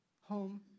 home